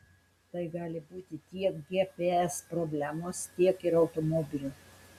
tai gali būti tiek gps problemos tiek ir automobilio